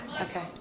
Okay